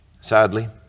sadly